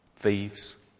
thieves